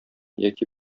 яки